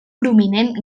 prominent